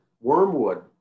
Wormwood